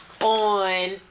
on